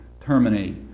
terminate